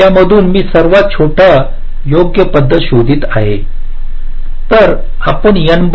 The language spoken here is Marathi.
त्यामधून मी सर्वात छोटी योग्य पद्धत शोधत आहे